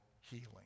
healing